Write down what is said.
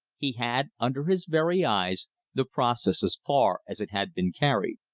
he had under his very eyes the process as far as it had been carried.